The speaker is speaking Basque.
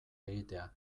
egitea